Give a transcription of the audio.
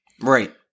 Right